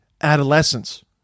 adolescence